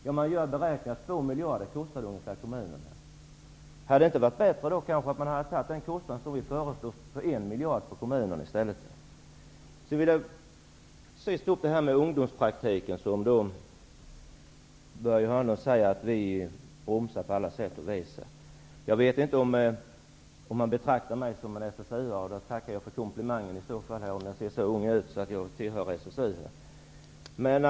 Man har gjort beräkningar som visar att det kommer att kosta kommunerna ungefär två miljader kronor. Hade det inte varit bättre att ta den kostnad som vi föreslog på en miljard på kommunerna i stället? Till sist vill jag ta upp detta med ungdomspraktiken. Börje Hörnlund säger att vi bromsar den på alla sätt och vis. Jag vet inte om jag kan betraktas som en SSU-are. Jag tackar för komplimangen om att jag ser så ung ut att jag kan tillhöra SSU.